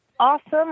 Awesome